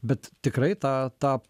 bet tikrai tą tą